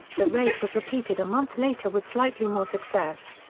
the raid was repeated a month later with slightly more success.